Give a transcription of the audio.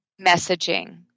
messaging